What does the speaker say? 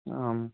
आम्